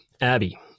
Abby